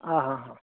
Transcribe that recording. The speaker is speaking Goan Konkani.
आ हा हा हा